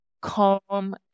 calm